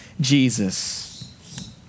Jesus